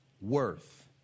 worth